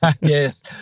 Yes